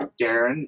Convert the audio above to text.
Darren